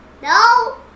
No